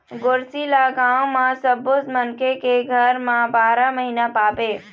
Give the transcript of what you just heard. गोरसी ल गाँव म सब्बो मनखे के घर म बारा महिना पाबे